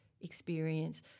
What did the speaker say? experience